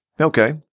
Okay